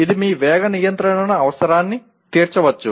ఇది మీ వేగ నియంత్రణ అవసరాన్ని తీర్చవచ్చు